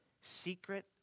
secret